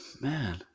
man